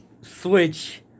switch